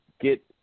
get